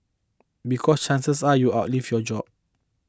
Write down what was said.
because chances are you outlive your job